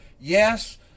Yes